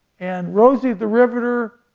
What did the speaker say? and rosie the riveter